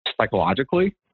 psychologically